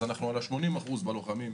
אז אנחנו אוחזים הטמעה ב- 80% מהלוחמים.